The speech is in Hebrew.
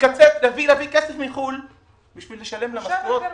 -- להביא כסף מחו"ל בשביל לשלם משכורות,